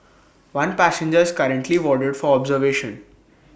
one passenger is currently warded for observation